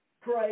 pray